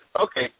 Okay